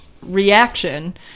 reaction